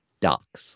docs